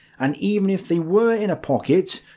and even if they were in a pocket,